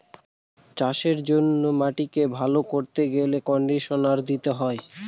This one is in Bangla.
চাষের জন্য মাটিকে ভালো করতে গেলে কন্ডিশনার দিতে হয়